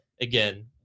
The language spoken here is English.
again